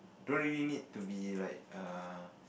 don't really need to be like uh